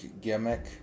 gimmick